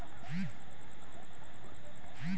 लव की किस माह में होता है?